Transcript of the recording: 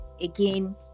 again